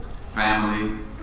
family